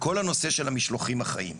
כל הנושא של המשלוחים החיים.